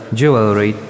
jewelry